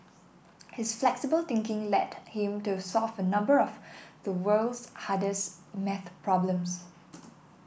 his flexible thinking led him to solve a number of the world's hardest maths problems